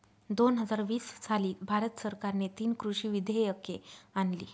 दोन हजार वीस साली भारत सरकारने तीन कृषी विधेयके आणली